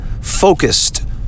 focused